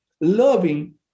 loving